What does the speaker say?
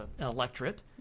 electorate